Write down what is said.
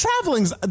traveling's